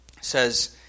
says